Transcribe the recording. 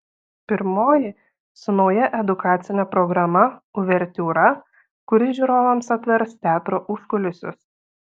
pirmoji su nauja edukacine programa uvertiūra kuri žiūrovams atvers teatro užkulisius